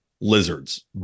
lizards